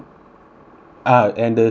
ah and the sweets